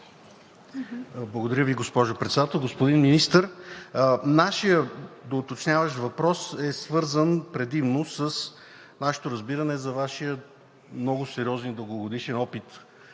Благодаря Ви, госпожо Председател. Господин Министър, нашият доуточняващ въпрос е свързан предимно с разбирането ни за Вашия много сериозен, дългогодишен опит